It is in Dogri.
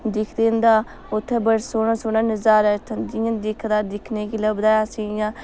दिखदे तां उत्थें बड़ा सौह्ना सौह्ना नजारा उत्थें जियां दिखदा दिक्खने गी लभदा ऐ अस इ'यां